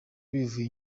bivuye